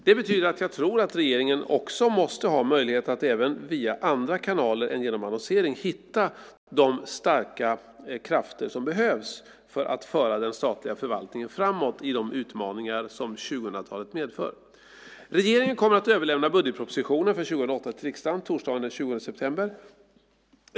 Det betyder att jag tror att regeringen också måste ha möjlighet att även via andra kanaler än genom annonsering hitta de starka krafter som behövs för att föra den statliga förvaltningen framåt i de utmaningar som 2000-talet medför. Regeringen kommer att överlämna budgetpropositionen för 2008 till riksdagen torsdagen den 20 september.